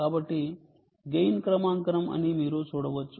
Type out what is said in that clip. కాబట్టి గెయిన్ క్రమాంకనం అని మీరు చూడవచ్చు